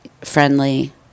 friendly